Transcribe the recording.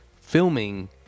filming